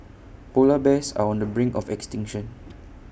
Polar Bears are on the brink of extinction